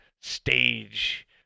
stage